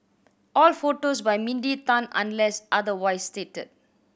all photos by Mindy Tan unless otherwise stated